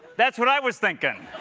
that's what i was thinking.